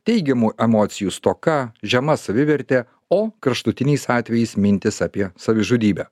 teigiamų emocijų stoka žema savivertė o kraštutiniais atvejais mintys apie savižudybę